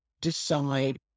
decide